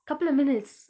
couple of minutes